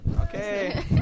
Okay